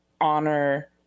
honor